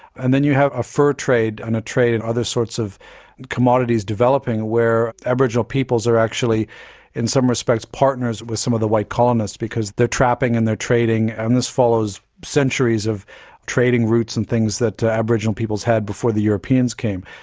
and then you have a fur trade and a trade in other sorts of commodities developing where aboriginal peoples are actually in some respects partners with some of the white colonists because they're trapping and they're trading and this follows centuries of trading routes and things that aboriginal peoples had before the europeans came.